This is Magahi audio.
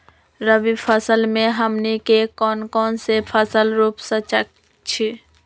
रबी फसल में हमनी के कौन कौन से फसल रूप सकैछि?